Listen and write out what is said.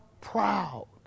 proud